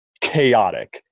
chaotic